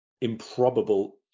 improbable